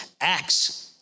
acts